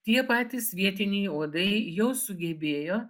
tie patys vietiniai uodai jau sugebėjo